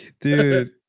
dude